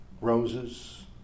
roses